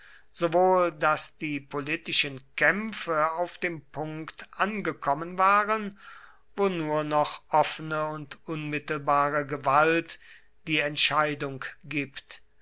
sowohl daß die politischen kämpfe auf dem punkt angekommen waren wo nur noch offene und unmittelbare gewalt die entscheidung gibt